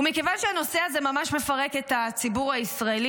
וכיוון שהנושא הזה ממש מפרק את הציבור הישראלי